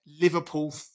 Liverpool